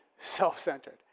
self-centered